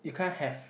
you can't have